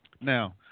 now